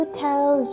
tell